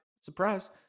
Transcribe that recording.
surprise